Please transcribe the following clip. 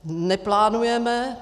Neplánujeme.